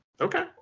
Okay